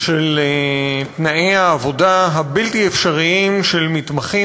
של תנאי העבודה הבלתי-אפשריים של מתמחים